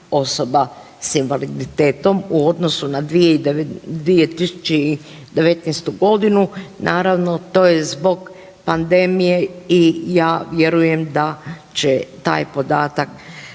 osoba s invaliditetom u odnosu na 2019. godinu, naravno to je zbog pandemije i ja vjerujem da će taj podatak